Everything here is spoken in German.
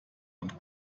und